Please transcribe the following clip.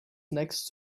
next